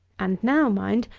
and now, mind,